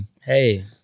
Hey